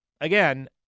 Again